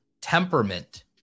temperament